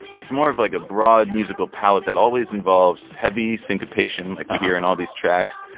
it's more of like a broad musical palette that always involves heavy syncopation like we hear in all these tracks,